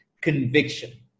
conviction